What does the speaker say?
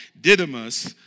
Didymus